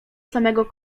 samego